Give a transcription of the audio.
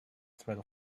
threat